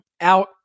out